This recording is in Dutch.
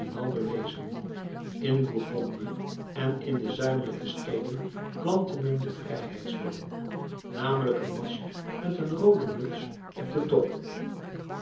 epinal bewezen in bourgondië en in de zuidelijke steden plantte men den vrijheidsboom namelijk een mast met een roode muts op den top